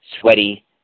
sweaty